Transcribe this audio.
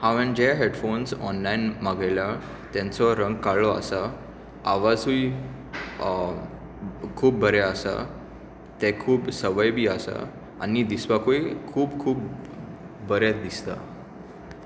हांवें जे headphones online मागयला तांचो रंग काळो आसा आवाजूय खूब बरे आसा ते खूब सवय बी आसा आनी दिसपाकूय खूब खूब बरे दिसता